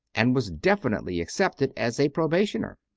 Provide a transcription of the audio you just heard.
and was definitely accepted as a probationer.